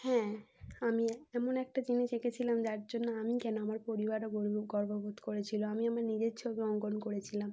হ্যাঁ আমি এমন একটা জিনিস এঁকেছিলাম যার জন্য আমি কেন আমার পরিবারও গর্ববোধ করেছিল আমি আমার নিজের ছবি অঙ্কন করেছিলাম